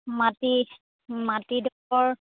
মাটি মাটিডোখৰ